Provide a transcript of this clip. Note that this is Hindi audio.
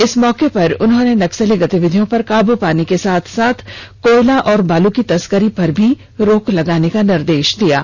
इस मौके पर उन्होंने नक्सली गतिविधियों पर काबू पाने के साथ साथ कोयला और बालू की तस्करी पर रोक लगाने का निर्देष दिया है